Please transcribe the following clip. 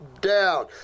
down